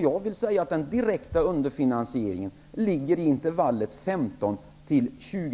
Jag vill säga att den direkta underfinansieringen ligger i intervallet 15-20